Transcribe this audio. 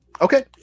Okay